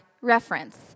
reference